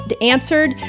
answered